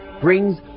brings